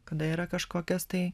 kada yra kažkokios tai